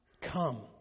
Come